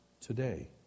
Today